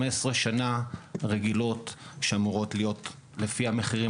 15 שנה רגילות שאמורות להיות לפי המחירים